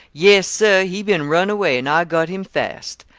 yes sir, he bin runaway, and i got him fast.